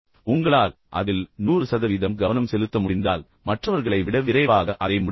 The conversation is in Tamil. உங்களால் அதில் 100 சதவீதம் கவனம் செலுத்த முடிந்தால் மற்றவர்களை விட விரைவாக அதை முடிப்பீர்கள்